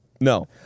No